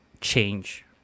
change